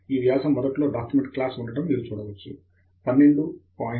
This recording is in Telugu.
ఈ వ్యాసము మొదట్లో డాక్యుమెంట్ క్లాస్ ఉండటం మీరు చూడవచ్చు 12 పాయింట్ ఎ 4 పేపర్ ఆర్టికల్